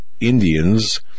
Indians